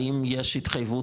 האם יש התחייבות,